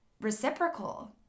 reciprocal